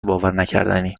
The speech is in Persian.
باورنکردنی